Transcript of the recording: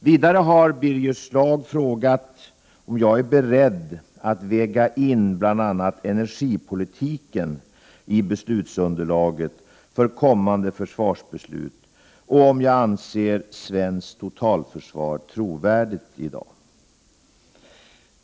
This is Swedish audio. Vidare har Birger Schlaug frågat om jag är beredd att väga in bl.a. energipolitiken i beslutsunderlaget för kommande försvarsbeslut och om jag anser svenskt totalförsvar trovärdigt i dag.